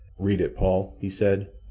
read it, paul, he said,